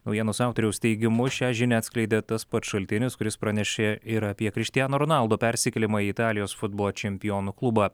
naujienos autoriaus teigimu šią žinią atskleidė tas pats šaltinis kuris pranešė ir apie krištiano ronaldo persikėlimą į italijos futbolo čempionų klubą